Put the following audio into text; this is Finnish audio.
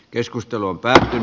keskustelun päälle